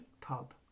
pub